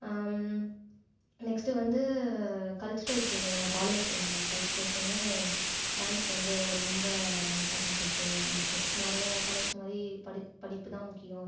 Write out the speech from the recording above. next வந்து கல்ச்சுரல்ஸில் மெயினாக காலேஜ் கல்ச்சுரல்ஸ்லையுமே டான்ஸ்க்கு வந்து ரொம்ப இம்பார்ட்டன்ட் கொடுத்து நடக்கும் நிறைய காலேஜ் மாதிரி படிப்பு படிப்பு தான் முக்கியம்